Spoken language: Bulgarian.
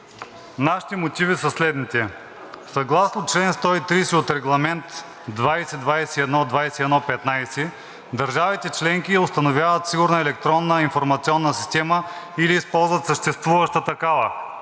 Нашите мотиви са следните: съгласно чл. 130 от Регламент 2021/2115 държавите членки установяват сигурна електронна информационна система или използват съществуваща такава.